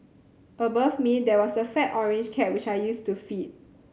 above me there was a fat orange cat which I used to feed